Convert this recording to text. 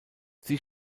sie